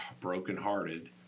brokenhearted